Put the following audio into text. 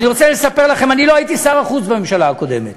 אני רוצה לספר לכם: לא הייתי שר החוץ בממשלה הקודמת,